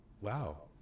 Wow